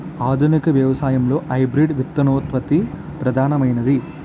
ఆధునిక వ్యవసాయంలో హైబ్రిడ్ విత్తనోత్పత్తి ప్రధానమైనది